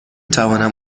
توانم